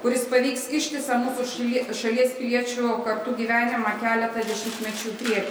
kuris paveiks ištisą mūsų šalie šalies piliečių kartų gyvenimą keletą dešimtmečių į priekį